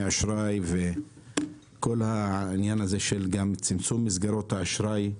אשראי וכל העניין של צמצום מסגרות האשראי,